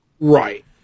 Right